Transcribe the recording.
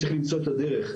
צריך למצוא את הדרך,